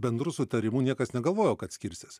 bendru sutarimu niekas negalvojo kad skirsis